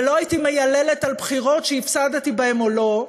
ולא הייתי מייללת על בחירות שהפסדתי בהן או לא,